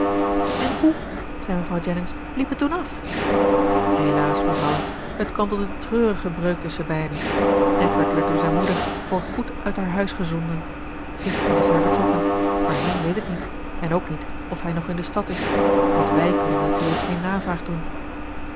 en hoe zei mevrouw jennings liep het toen af helaas mevrouw het kwam tot een treurige breuk tusschen beiden edward werd door zijn moeder voor goed uit haar huis gezonden gisteren is hij vertrokken waarheen weet ik niet en ook niet of hij nog in de stad is want wij kunnen natuurlijk geen navraag doen